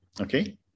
Okay